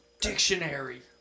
dictionary